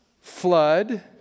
flood